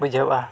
ᱵᱩᱡᱷᱟᱹᱣᱚᱜᱼᱟ